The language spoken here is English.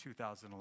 2011